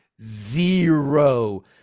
zero